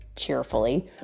cheerfully